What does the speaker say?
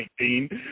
2019